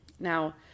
Now